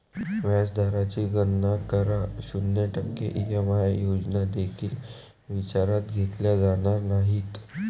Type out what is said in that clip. व्याज दराची गणना करा, शून्य टक्के ई.एम.आय योजना देखील विचारात घेतल्या जाणार नाहीत